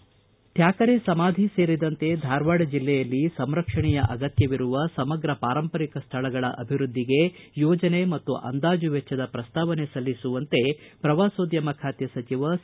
ಚುಟುಕು ಸುದ್ದಿ ಥ್ಲಾಕರೆ ಸಮಾಧಿ ಸೇರಿದಂತೆ ಧಾರವಾಡ ಜಿಲ್ಲೆಯಲ್ಲಿ ಸಂರಕ್ಷಣೆಯ ಅಗತ್ಯವಿರುವ ಸಮಗ್ರ ಪಾರಂಪರಿಕ ಸ್ವಳಗಳ ಅಭಿವೃದ್ದಿಗೆ ಯೋಜನೆ ಮತ್ತು ಅಂದಾಜು ವೆಚ್ಚದ ಪ್ರಸ್ತಾವನೆ ಸಲ್ಲಿಸುವಂತೆ ಪ್ರವಾಸೋದ್ಯಮ ಖಾತೆ ಸಚಿವ ಸಿ